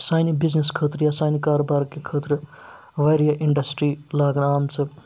سانہِ بِزنِس خٲطرٕ یا سانہِ کاربار کہِ خٲطرٕ واریاہ اِنٛڈَسٹِرٛی لاگنہٕ آمژٕ